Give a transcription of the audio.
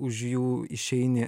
už jų išeini